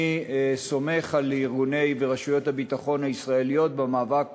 אני סומך על הארגונים ורשויות הביטחון של ישראל במאבק